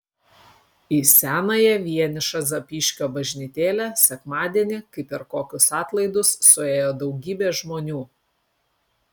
į senąją vienišą zapyškio bažnytėlę sekmadienį kaip per kokius atlaidus suėjo daugybė žmonių